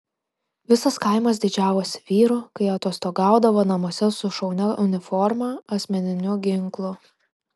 visas kaimas didžiavosi vyru kai atostogaudavo namuose su šaunia uniforma asmeniniu ginklu